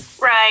Right